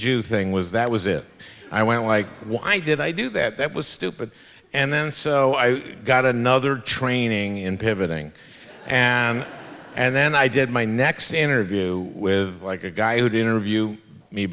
jew thing was that was it i went like why did i do that that was stupid and then so i got another training in pivoting and and then i did my next interview with like a guy who would interview me